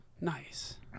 Nice